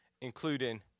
including